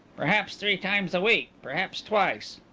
perhaps three times a week perhaps twice.